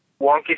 wonky